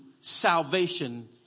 salvation